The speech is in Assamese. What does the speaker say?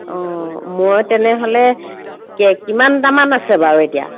অঁ মই তেনেহ'লে কে কিমানটামান আছে বাৰু এতিয়া